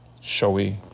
showy